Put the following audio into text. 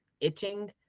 itching